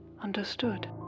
Understood